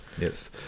Yes